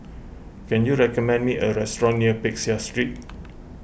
can you recommend me a restaurant near Peck Seah Street